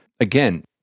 Again